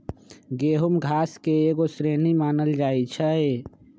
गेहूम घास के एगो श्रेणी मानल जाइ छै